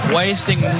wasting